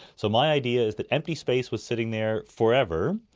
so my idea is that empty space was sitting there forever,